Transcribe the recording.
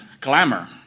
glamour